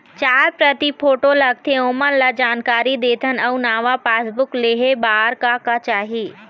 चार प्रति फोटो लगथे ओमन ला जानकारी देथन अऊ नावा पासबुक लेहे बार का का चाही?